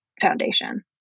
foundation